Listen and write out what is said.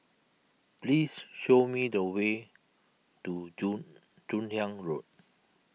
please show me the way to Joon Joon Hiang Road